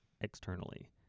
externally